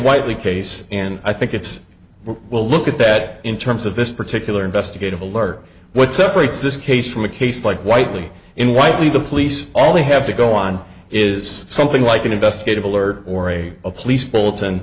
whitely case and i think it's well we'll look at that in terms of this particular investigative alert what separates this case from a case like whitely in whitely the police all they have to go on is something like an investigative alert or a police ful